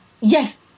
Yes